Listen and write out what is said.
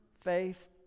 faith